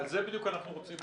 על זה בדיוק אנחנו רוצים לדבר.